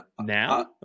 now